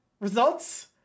results